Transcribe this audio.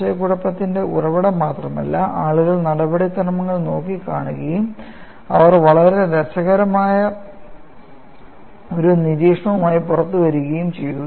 ആശയക്കുഴപ്പത്തിന്റെ ഉറവിടം മാത്രമല്ല ആളുകൾ നടപടിക്രമങ്ങൾ നോക്കിക്കാണുകയും അവർ വളരെ രസകരമായ ഒരു നിരീക്ഷണവുമായി പുറത്തുവരുകയും ചെയ്തു